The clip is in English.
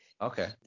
okay